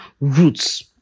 roots